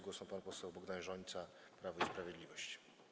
Głos ma pan poseł Bogdan Rzońca, Prawo i Sprawiedliwość.